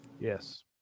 Yes